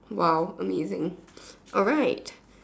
!wow! amazing alright